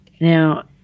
Now